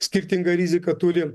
skirtingą riziką turi